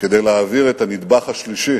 כדי להעביר את הנדבך השלישי,